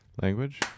Language